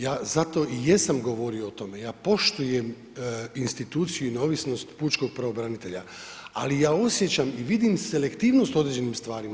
Ja zato i jesam govorio o tome, ja poštujem instituciju i neovisnost pučkog pravobranitelja, ali ja osjećam i vidim selektivnost u određenim stvarima.